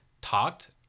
talked